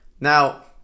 Now